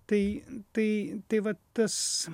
tai tai tai va tas